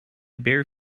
bare